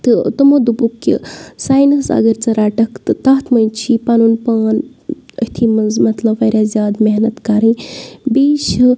تہٕ تِمو دوٚپُکھ کہِ سایِنَس اگر ژٕ رَٹَکھ تہٕ تَتھ منٛز چھُے پَنُن پان أتھی منٛز مطلب واریاہ زیادٕ محنت کَرٕنۍ بیٚیہِ چھُ